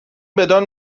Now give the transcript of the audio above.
بدان